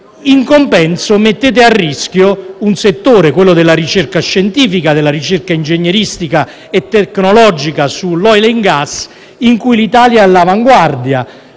In compenso, mettete a rischio un settore, quello della ricerca scientifica, ingegneristica e tecnologia sull'*oil and gas*, in cui l'Italia è all'avanguardia,